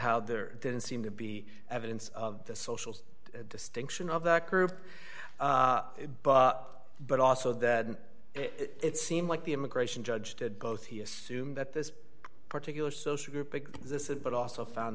how there didn't seem to be evidence of the social distinction of that group but but also that it seemed like the immigration judge did both he assumed that this particular social group big this it but also found